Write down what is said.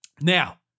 now